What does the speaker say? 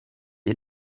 ihr